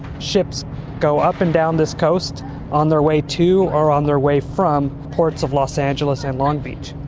ships go up and down this coast on their way to or on their way from ports of los angeles and long beach,